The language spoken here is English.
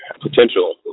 potential